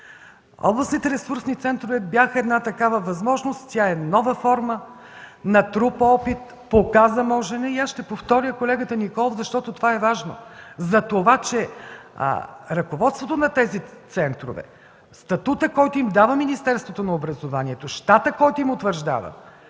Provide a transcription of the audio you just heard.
Областните ресурсни центрове бяха такава възможност. Тя е нова форма, натрупа опит, показа можене. Аз ще повторя колегата Николов, защото това е важно. Затова, че ръководството на тези центрове, статутът, който им дава Министерството на образованието, щатът, който им утвърждава,